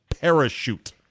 parachute